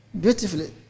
beautifully